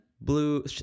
blue